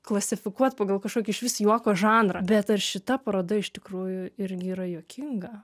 klasifikuot pagal kažkokį išvis juoko žanro bet ar šita paroda iš tikrųjų irgi yra juokinga